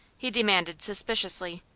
he demanded, suspiciously.